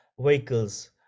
vehicles